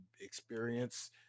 experience